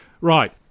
Right